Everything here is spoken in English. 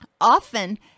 often